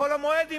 בחול המועד,